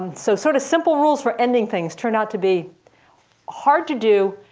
so sort of simple rules for ending things turn out to be hard to do,